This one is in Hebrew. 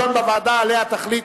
חובת גילוי על עסקת תיווך),